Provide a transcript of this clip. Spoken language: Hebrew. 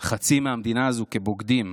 חצי מהמדינה הזו כבוגדים?